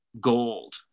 gold